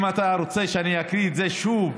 אם אתה רוצה שאני אקריא את זה שוב,